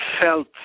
felt